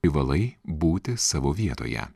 privalai būti savo vietoje